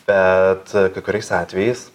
bet kai kuriais atvejais